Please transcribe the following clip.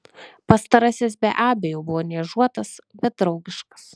pastarasis be abejo buvo niežuotas bet draugiškas